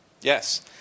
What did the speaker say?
Yes